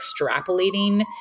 extrapolating